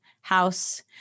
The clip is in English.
house